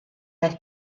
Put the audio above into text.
daeth